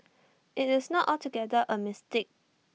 IT is not altogether A mistake